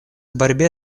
борьбе